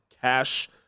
cash